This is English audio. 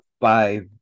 five